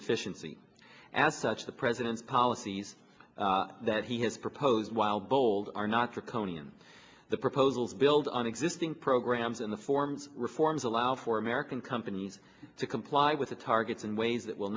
efficiency as such the president's policies that he has proposed while bold are not draconian the proposals build on existing programs in the form reforms allow for american companies to comply with the targets in ways that will